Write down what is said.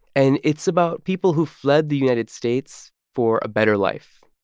and it's about people who fled the united states for a better life